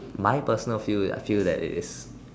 my personal feel is I feel like it is